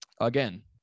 again